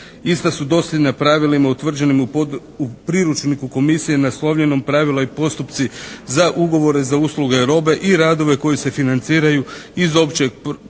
ista su dosljedna pravilima utvrđenim u priručniku komisije naslovljenom Pravila i postupci za ugovore za usluge, robe i radove koji se financiraju iz općeg proračuna